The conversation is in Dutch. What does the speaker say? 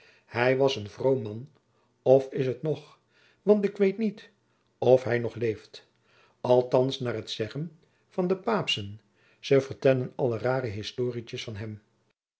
hum was ien vroom man of is het nog want ik weet niet of hum nog leeft althands naôr het zeggen van de paôpschen ze vertellen al raôre historietjes van hum